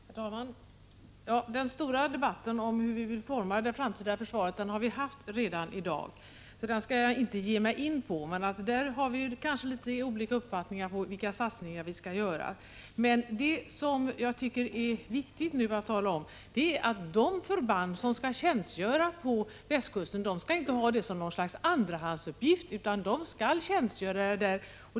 Herr talman! Den stora debatten om hur vi vill forma det framtida försvaret har vi redan fört i dag, så den skall jag inte ge mig in på. Där har vi kanske litet olika uppfattningar om vilka satsningar vi skall göra. Men det som jag tycker är viktigt att poängtera är att de förband som skall tjänstgöra på västkusten inte skall se det som något slags andrahandsuppgift, utan de skall tjänstgöra där.